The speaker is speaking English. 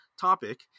topic